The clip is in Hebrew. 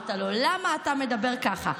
אמרת לו: למה אתה מדבר ככה.